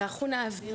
אני חושבת